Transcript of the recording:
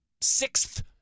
sixth